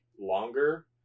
longer